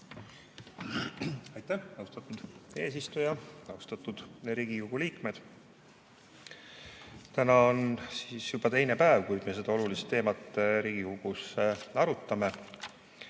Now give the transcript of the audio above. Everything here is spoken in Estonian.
Aitäh, austatud eesistuja! Austatud Riigikogu liikmed! Täna on juba teine päev, kui me seda olulist teemat Riigikogus arutame.